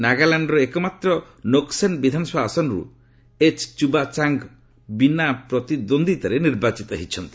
ନାଗାଲାଣ୍ଡର ଏକମାତ୍ର ନୋକ୍ସେନ୍ ବିଧାନସଭା ଆସନରୁ ଏଚ୍ ଚୁବା ଚାଙ୍ଗ ବିନା ପ୍ରତିଦ୍ୱନ୍ଦିତାରେ ନିର୍ବାଚିତ ହୋଇଛନ୍ତି